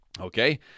Okay